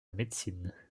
médecine